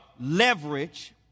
leverage